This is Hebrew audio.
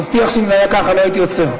אני מבטיח שאם זה היה כך, לא הייתי עוצר.